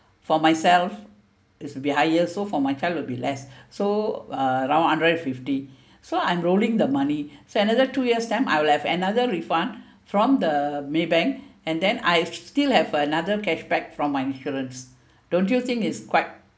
for myself is to be higher so for my child will be less so uh around hundred and fifty so I roll in the money so another two years time I'll have another refund from the maybank and then I still have another cashback from my insurance don't you think it's quite